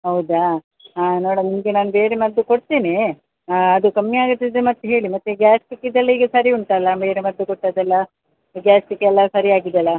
ಹೌದಾ ಹಾಂ ನೋಡಿ ನಿಮಗೆ ನಾನು ಬೇರೆ ಮದ್ದು ಕೊಡ್ತೇನೆ ಅದು ಕಮ್ಮಿ ಆಗದಿದ್ದರೆ ಮತ್ತೆ ಹೇಳಿ ಮತ್ತು ಗ್ಯಾಸ್ಟ್ರಿಕಿದ್ದೆಲ್ಲ ಈಗ ಸರಿ ಉಂಟಲ್ಲ ಬೇರೆ ಮದ್ದು ಕೊಟ್ಟದ್ದೆಲ್ಲ ಗ್ಯಾಸ್ಟ್ರಿಕ್ಕೆಲ್ಲ ಸರಿ ಆಗಿದೆಲ್ಲ